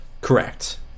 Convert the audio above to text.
Correct